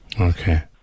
okay